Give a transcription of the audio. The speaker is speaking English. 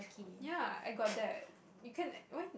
ya I got that you can when